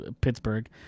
Pittsburgh